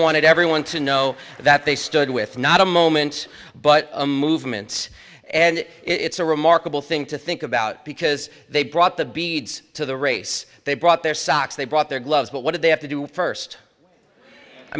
wanted everyone to know that they stood with not a moment but a movement and it's a remarkable thing to think about because they brought the beads to the race they brought their socks they brought their gloves but what did they have to do first i